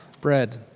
bread